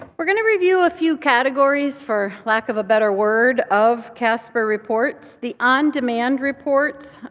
we're going to review a few categories for lack of a better word of casper reports. the on-demand reports,